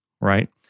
right